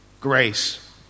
grace